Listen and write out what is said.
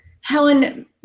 Helen